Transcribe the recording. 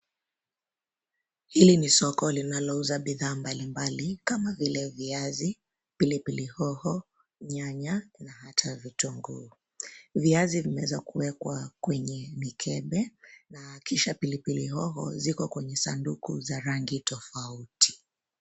Hili ni soko linalouza bidhaa mbalimbali kama vile viazi, pilipili hoho, nyanya na hata vitunguu. Viazi vinaweza kuwekwa kwenye mikebe, na kisha pilipili hoho ziko kwenye sanduku za rangi tofauti.